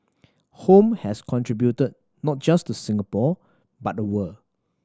home has contributed not just to Singapore but the world